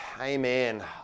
Amen